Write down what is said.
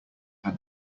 had